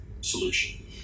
solution